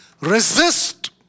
Resist